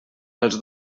els